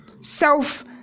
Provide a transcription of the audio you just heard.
self